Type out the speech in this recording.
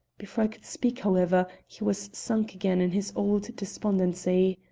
before i could speak, however, he was sunk again in his old despondency.